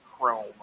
Chrome